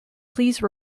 please